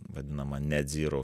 vadinamą net zero